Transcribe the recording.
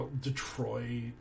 Detroit